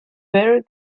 very